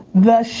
the show